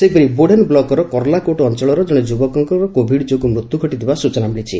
ସେହିପରି ବୋଡେନ୍ ବ୍ଲକ୍ର କଲାକୋଟ୍ ଅଅଳର ଜଣେ ଯୁବକଙ୍କର କୋଭିଡ୍ ଯୋଗୁଁ ମୃତ୍ୟୁ ଘଟିଥିବା ସୂଚନା ମିଳିଛି